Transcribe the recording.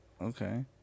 Okay